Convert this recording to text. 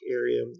area